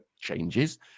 changes